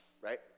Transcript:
right